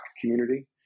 community